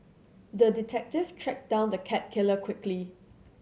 the detective tracked down the cat killer quickly